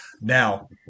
Now